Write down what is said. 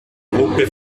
gruppe